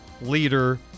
leader